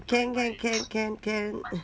can can can can can